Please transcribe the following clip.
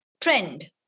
trend